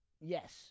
Yes